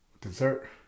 dessert